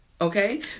okay